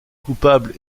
coupable